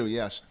yes